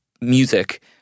music